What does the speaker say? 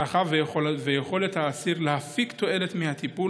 צרכיו ויכולת האסיר להפיק תועלת מהטיפול